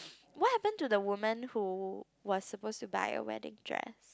what happen to the woman who was supposed to buy a wedding dress